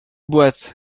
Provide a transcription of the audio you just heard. boîte